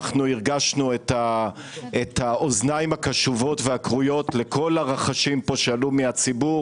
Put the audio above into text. אנחנו הרגשנו את האוזניים הקשובות והכרויות לכל הרחשים פה שעלו מהציבור,